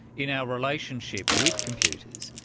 you know relationship with computers,